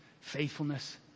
faithfulness